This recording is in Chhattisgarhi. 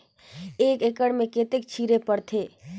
एक एकड़ मे कतेक छीचे पड़थे?